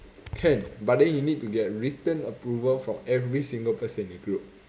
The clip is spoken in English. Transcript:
can but then you need to get written approval from every single person in the group